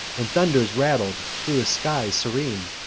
and thunders rattled thro' a sky serene.